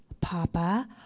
Papa